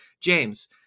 James